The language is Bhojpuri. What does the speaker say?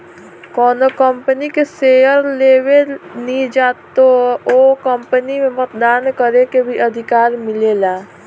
कौनो कंपनी के शेयर लेबेनिजा त ओ कंपनी में मतदान करे के भी अधिकार मिलेला